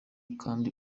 kandi